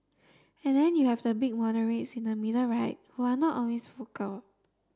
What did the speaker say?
and then you have the big moderates in the middle right who are not always vocal